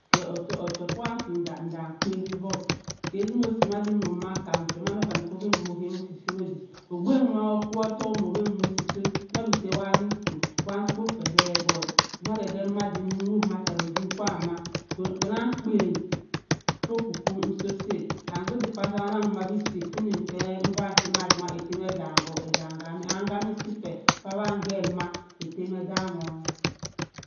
Ke ottoku fuwa ikim nnda pawwi ke simosi ma deen owobua ma kam ottoku manda wani fo ham-ohami osi-si kkoda ogbu wa kwa ottoku omo wammo osisi not be say okpo-kpo ki orrong wa mkpo fa he but madadma pe wowbu ttara odin kwaam mar kpe nnang kpan ffo oku-ku nn sosaa ottouk kko di annan ma be si fe ifan si mazima ettem edam-o edam kkam-and nnka be si fe awany ke emma ettem e dam-o.